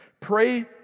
Pray